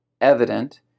evident